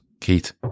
Keith